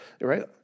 right